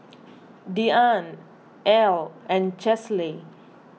Deann Ell and Chesley